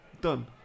done